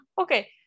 Okay